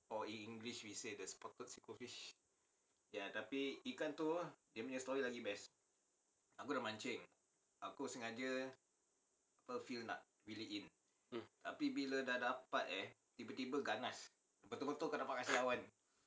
mm